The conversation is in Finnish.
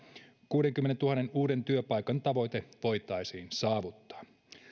kuudenkymmenentuhannen uuden työpaikan tavoite voitaisiin saavuttaa